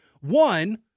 One